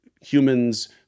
humans